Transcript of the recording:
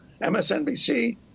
MSNBC